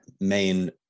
main